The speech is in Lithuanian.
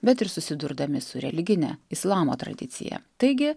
bet ir susidurdami su religine islamo tradicija taigi